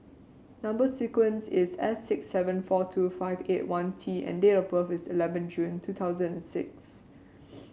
number sequence is S six seven four two five eight one T and date of birth is eleven June two thousand and six